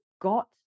got